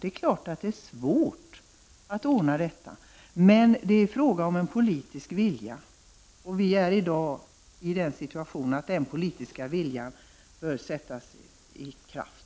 Det är klart att det är svårt att ordna detta, men det är fråga om en politisk vilja. Vi är i dag i den situationen att den politiska viljan bör sättas i kraft.